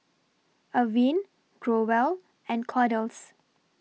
Avene Growell and Kordel's